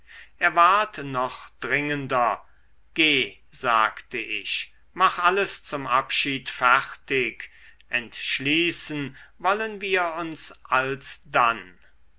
ward noch dringender geh sagte ich mach alles zum abschied fertig entschließen wollen wir uns alsdann